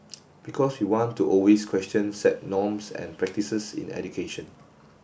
because we want to always question set norms and practices in education